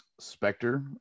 specter